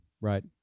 right